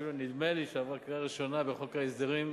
שאפילו נדמה לי שעברה קריאה ראשונה בחוק ההסדרים,